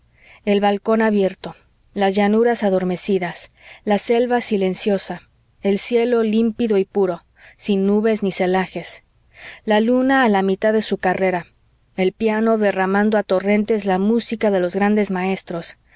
el balcón abierto las llanuras adormecidas la selva silenciosa el cielo límpido y puro sin nubes ni celajes la luna a la mitad de su carrera el piano derramando a torrentes la música de los grandes maestros